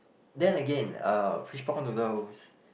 then again uh fishball noodles